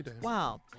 Wow